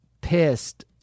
pissed